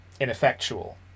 ineffectual